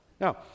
Now